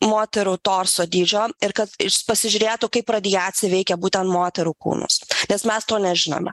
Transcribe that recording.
moterų torso dydžio ir kad pasižiūrėtų kaip radiacija veikia būtent moterų kūnus nes mes to nežinome